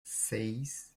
seis